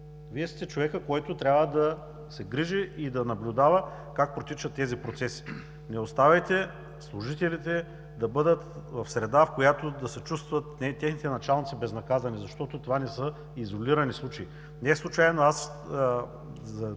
Вие сте човекът, който трябва да се грижи и да наблюдава как протичат тези процеси. Не оставяйте служителите да бъдат в среда, в която техните началници да се чувстват безнаказани, защото това не са изолирани случаи. Неслучайно за